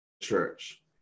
church